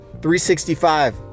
365